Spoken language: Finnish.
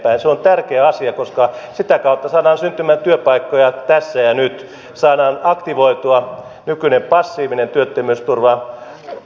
se on tärkeä asia koska sitä kautta saadaan syntymään työpaikkoja tässä ja nyt saadaan aktivoitua nykyinen passiivinen työttömyysturva aktiiviseen käyttöön